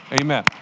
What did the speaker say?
Amen